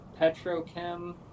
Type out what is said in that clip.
Petrochem